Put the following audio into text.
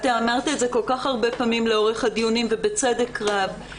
אמרת את זה כל-כך הרבה פעמים לאורך הדיונים ובצדק רב,